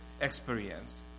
experience